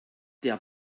der